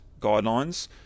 guidelines